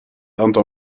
aantal